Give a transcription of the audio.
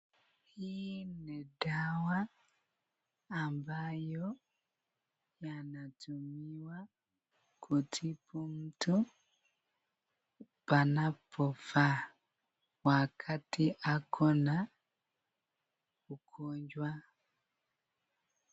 Hii ni dawa ambayo yanatumiwa kutibu mtu panapofaa wakati ako na ugonjwa.